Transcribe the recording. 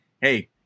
Hey